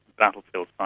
battlefield um